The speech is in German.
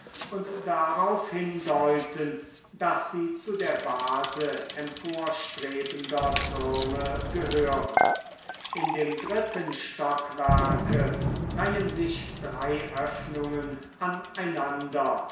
und darauf hindeuten daß sie zu der base emporstrebender türme gehören in dem dritten stockwerke reihen sich drei öffnungen an einander